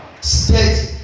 state